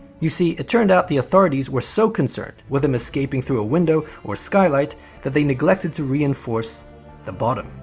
you see, it turned out the authorities were so concerned with him escaping through a window or skylight that they neglected to reinforce the bottom.